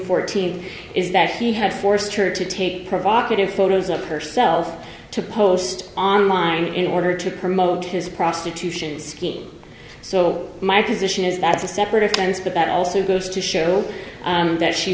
fourteenth is that he had forced her to take provocative photos of herself to post online in order to promote his prostitution scheme so my position is that's a separate offense but that also goes to show that she